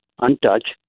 untouched